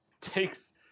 takes